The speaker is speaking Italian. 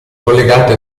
collegate